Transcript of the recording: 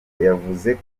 yavuze